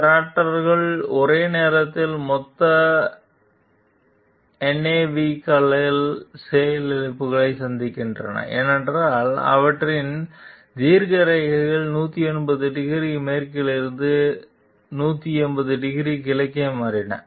இந்த ராப்டர்கள் ஒரே நேரத்தில் மொத்த என்ஏவி கன்சோல் செயலிழப்புகளை சந்தித்தன ஏனெனில் அவற்றின் தீர்க்கரேகைகள் 180 டிகிரி மேற்கிலிருந்து 180 டிகிரி கிழக்கே மாறின